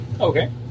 okay